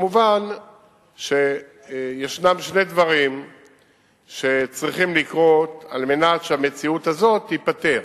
מובן שיש שני דברים שצריכים לקרות כדי שהמציאות הזאת תיפתר.